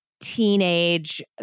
teenage